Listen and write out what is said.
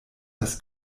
dass